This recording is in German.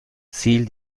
ziel